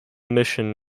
mission